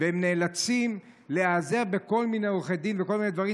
והם נאלצים להיעזר בכל מיני עורכי דין ובכל מיני דברים,